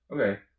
Okay